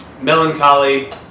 Melancholy